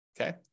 okay